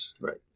Right